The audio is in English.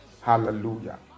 Hallelujah